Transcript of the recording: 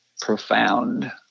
profound